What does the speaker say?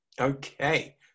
Okay